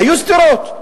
היו סתירות.